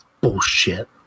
Bullshit